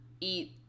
eat